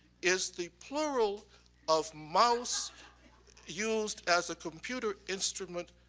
is the plural of mouse used as a computer instrument